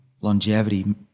longevity